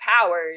powers